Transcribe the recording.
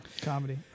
comedy